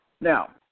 Now